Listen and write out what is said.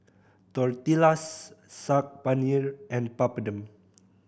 Tortillas Saag Paneer and Papadum